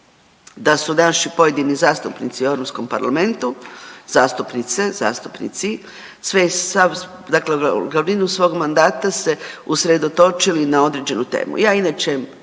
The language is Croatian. da su naši pojedini zastupnici u Europskom parlamentu, zastupnice, zastupnici glavninu mandata se usredotočili na određenu temu. Ja inače